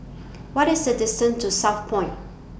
What IS The distance to Southpoint